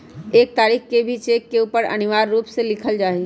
एक तारीखवा के भी चेक के ऊपर अनिवार्य रूप से लिखल जाहई